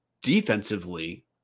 defensively